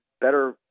better